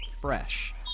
fresh